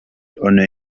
only